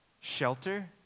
shelter